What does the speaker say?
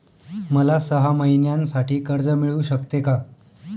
मला सहा महिन्यांसाठी कर्ज मिळू शकते का?